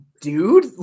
dude